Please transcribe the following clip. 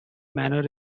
manor